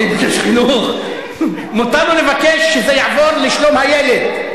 "מי ביקש חינוך?" מותר לו לבקש שזה יעבור לשלום הילד.